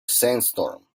sandstorm